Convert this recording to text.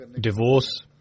divorce